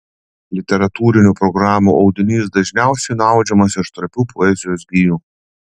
literatūrinių programų audinys dažniausiai nuaudžiamas iš trapių poezijos gijų